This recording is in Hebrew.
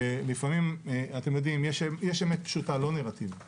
ולפעמים, אתם יודעים, יש אמת פשוטה, לא נרטיב.